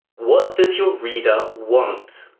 what does your reader want?